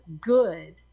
good